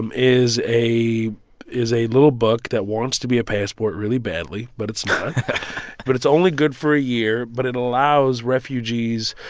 and is a is a little book that wants to be a passport really badly, but it's not but it's only good for a year, but it allows refugees